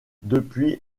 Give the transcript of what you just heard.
depuis